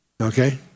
Okay